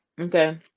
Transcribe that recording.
okay